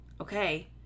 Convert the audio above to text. okay